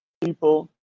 people